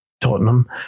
Tottenham